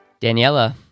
Daniela